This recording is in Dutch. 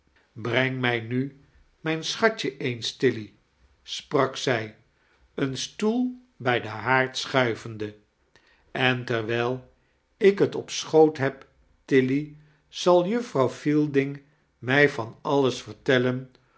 breng mij nu mijn schatje eens tilly sprak zij een stoel bij den haard sehudvende en terwijl ik het op schoot hb tilly zal juffrouw fielding mij van alles vertellen